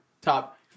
top